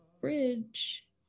bridge